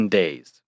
days